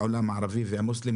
לעולם הערבי והעולם האסלאמי,